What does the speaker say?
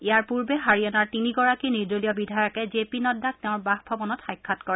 ইয়াৰ পূৰ্বে হাৰিয়াণাৰ তিনি গৰাকী নিৰ্দলীয় বিধায়কে জে পি নড্ডাক তেওঁৰ বাসভৱনত সাক্ষাৎ কৰে